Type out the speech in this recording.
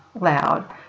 loud